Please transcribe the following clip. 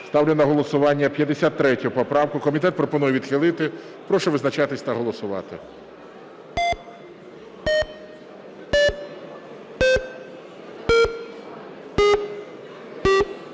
Ставлю на голосування 53 поправку. Комітет пропонує відхилити. Прошу визначатися та голосувати.